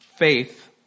Faith